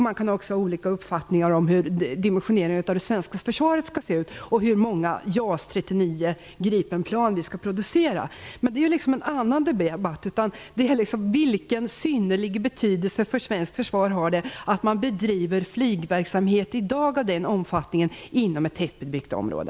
Man kan också ha olika uppfattningar om hur dimensioneringen av det svenska försvaret skall se ut och hur många JAS 39 Gripenplan vi skall producera. Men det är en annan debatt. Här gäller det vilken synnerlig betydelse för svenskt försvar det har att man i dag bedriver flygverksamhet av den omfattningen inom ett tättbebyggt område.